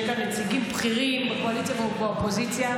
יש כאן נציגים בכירים בקואליציה ובאופוזיציה,